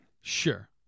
Sure